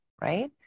right